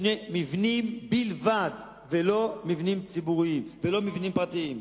שני מבנים בלבד, ולא מבנים פרטיים: